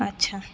اچھا